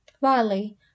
valley